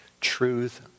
truth